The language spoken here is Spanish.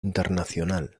internacional